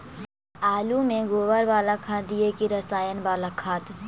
आलु में गोबर बाला खाद दियै कि रसायन बाला खाद?